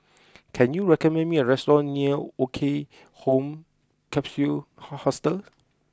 can you recommend me a restaurant near Woke Home Capsule Ha Hostel